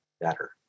better